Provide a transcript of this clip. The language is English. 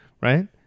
right